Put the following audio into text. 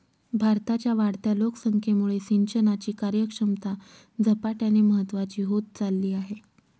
भारताच्या वाढत्या लोकसंख्येमुळे सिंचनाची कार्यक्षमता झपाट्याने महत्वाची होत चालली आहे